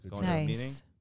Nice